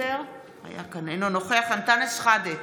אינו נוכח אנטאנס שחאדה,